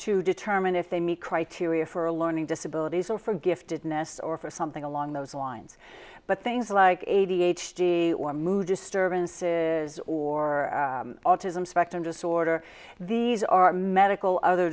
to determine if they meet criteria for a learning disability or for giftedness or for something along those lines but things like a d h d or mood disturbances or autism spectrum disorder these are medical other